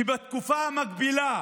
בתקופה המקבילה